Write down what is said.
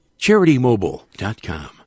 CharityMobile.com